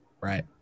right